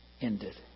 ended